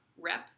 rep